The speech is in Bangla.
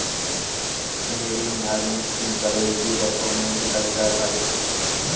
মেরিন আর মিষ্টি জলে দুইরকম মেরিকালচার হয়